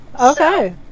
Okay